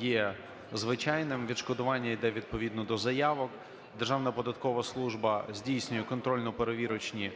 є звичайним, відшкодування йде відповідно до заявок. Державна податкова служба здійснює контрольно-перевірочні